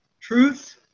Truth